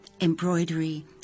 embroidery